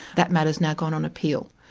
that matter's now gone on appeal.